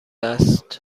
است